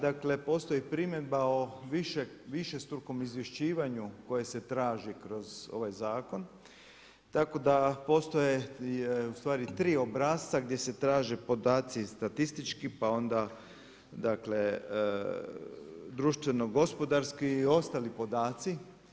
Dakle, postoji primjedba o višestrukom izvješćivanju koje se traži kroz ovaj zakon, tako da postoje u stvari tri obrasca gdje se traže podaci statistički, pa onda dakle društveno-gospodarski i ostali podaci.